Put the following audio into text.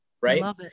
Right